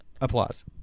applause